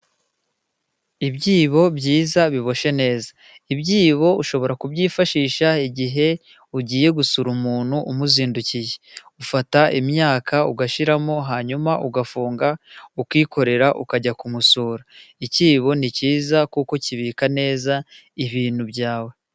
Ibyibo byiza biboshye neza. Ibyibo ushobora kubyifashisha igihe ugiye gusura umuntu umuzindukiye. U,,fata imyaka ugashyiramo, hanyuma ugafunga ukikorera ukajya kumusura. Ikibo ni kiza kuko kibika neza ibintu byawe.